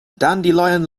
dandelion